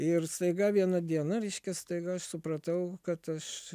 ir staiga vieną dieną reiškia staiga aš supratau kad aš